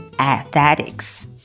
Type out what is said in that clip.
aesthetics